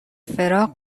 فراق